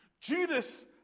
Judas